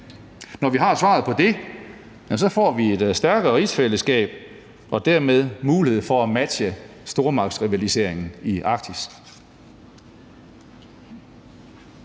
Når vi har svaret på det, får vi et stærkere rigsfællesskab og dermed mulighed for at matche stormagtsrivaliseringen i Arktis.